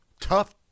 tough